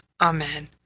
Amen